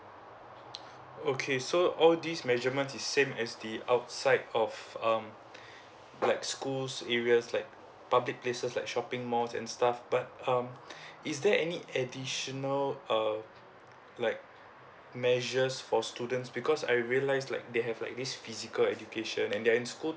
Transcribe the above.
okay so all this measurements is same as the outside of um like schools areas like public places like shopping malls and stuff but um is there any additional uh like measures for students because I realize like they have like this physical education and they are in school